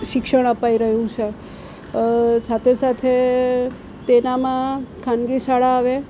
શિક્ષણ અપાઈ રહ્યું છે સાથે સાથે તેનામાં ખાનગી શાળા આવે